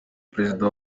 perezida